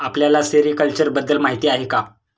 आपल्याला सेरीकल्चर बद्दल माहीती आहे का?